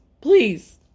Please